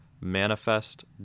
Manifest